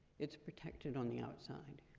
it's protected on the outside.